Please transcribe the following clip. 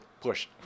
push